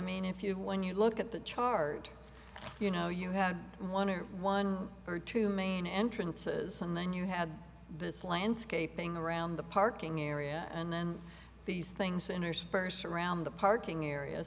mean if you when you look at the chart you know you had one one or two main entrances and then you had this landscaping around the parking area and then these things intersperse around the parking area